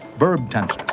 verb tenses,